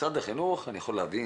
משרד החינוך, אני יכול להבין.